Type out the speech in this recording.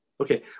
Okay